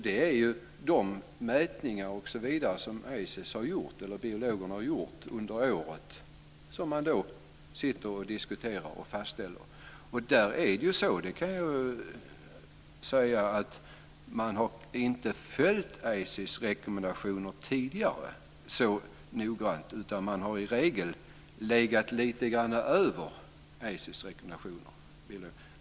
Det är de mätningar som biologerna har gjort under året som man då diskuterar och fastställer. Men jag kan säga att man inte har följt ICES rekommendationer så noggrant tidigare, utan man har i regel legat lite grann över ICES rekommendationer.